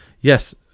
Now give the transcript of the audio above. Yes